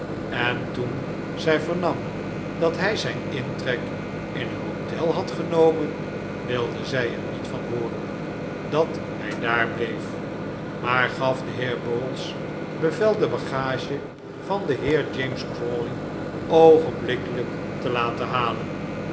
en toen zij vernam dat hij zijn intrek in een hotel had genomen wilde zij er niet van hooren dat hij daar bleef maar gaf den heer bowls bevel de bagage van den heer james crawley oogenblikkelijk te laten halen